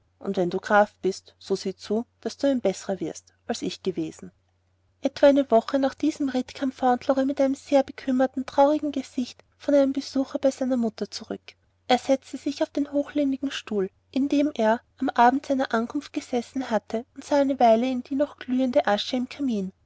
und wenn du ein graf bist so sieh zu daß du ein besserer wirst als ich gewesen etwa eine woche nach diesem ritt kam fauntleroy mit sehr bekümmertem traurigem gesicht von dem besuche bei seiner mutter zurück er setzte sich auf den hochlehnigen stuhl in dem er am abend seiner ankunft gesessen hatte und sah eine ganze weile in die noch glühende asche im kamin